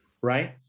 right